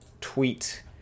tweet